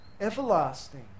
everlasting